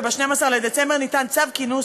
וב-12 לדצמבר ניתן צו כינוס,